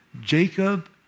Jacob